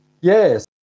yes